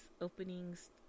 openings